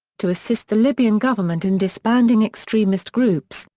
to assist the libyan government in disbanding extremist groups,